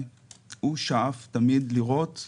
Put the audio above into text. אני מודיע לך לגופו של עניין,